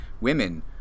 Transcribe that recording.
Women